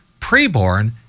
Preborn